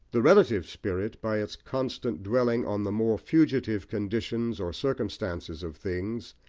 the relative spirit, by its constant dwelling on the more fugitive conditions or circumstances of things,